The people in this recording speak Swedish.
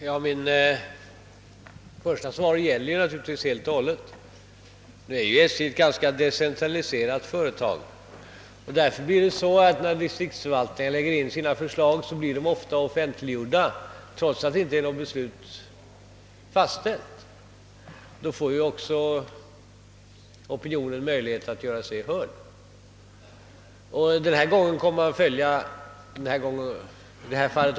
Herr talman! Mitt först lämnade svar gäller naturligtvis helt och fullt. SJ är emellertid ett ganska decentraliserat företag, och när distriktsförvaltningarna lämnar in sina förslag, blir dessa ofta offentliggjorda trots att några beslut ännu inte fattats. Men även den allmänna opinionen får genom detta tillvägagångssätt möjlighet att göra sig hörd, och detta blir också förhållandet i detta fall.